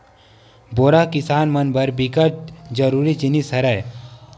बोरा ह किसान मन बर बिकट जरूरी जिनिस हरय